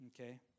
okay